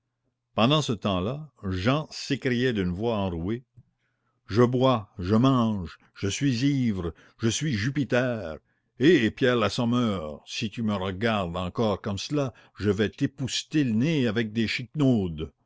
pendant ce temps-là jehan s'écriait d'une voix enrouée je bois je mange je suis ivre je suis jupiter eh pierre l'assommeur si tu me regardes encore comme cela je vais t'épousseter le nez avec des